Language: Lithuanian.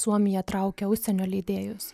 suomija traukia užsienio leidėjus